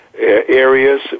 areas